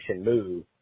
move